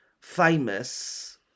famous